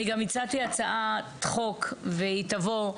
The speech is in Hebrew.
אני גם הצעתי הצעת חוק והיא תבוא,